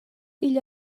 igl